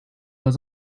was